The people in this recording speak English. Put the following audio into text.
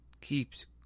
keeps